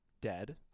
Dead